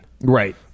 Right